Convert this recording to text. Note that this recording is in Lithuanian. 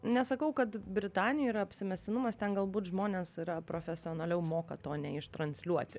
nesakau kad britanija yra apsimestinumas ten galbūt žmonės yra profesionaliau moka to ne iš transliuoti